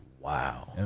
Wow